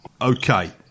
Okay